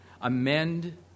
amend